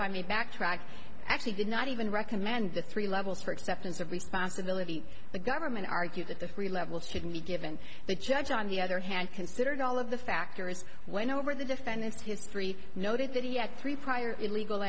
jaime backtracked actually did not even recommend the three levels for acceptance of responsibility the government argued that the three level two can be given the judge on the other hand considered all of the factors went over the defendant's history noted that he had three prior illegal